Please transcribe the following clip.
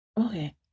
Okay